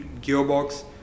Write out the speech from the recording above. gearbox